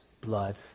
blood